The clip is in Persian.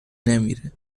نمیره